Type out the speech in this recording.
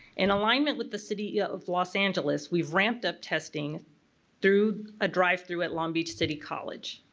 in alignment with the city yeah of los angeles, we've ramped up testing through a drive-thru at long beach city college.